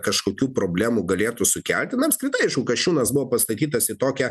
kažkokių problemų galėtų sukelti na apskritai kasčiūnas buvo pastatytas į tokią